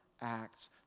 acts